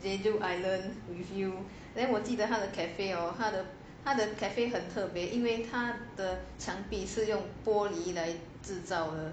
jeju island with you then 我记得他的 cafe hor 他的 cafe 很特别因为它的墙壁是用玻璃来制造的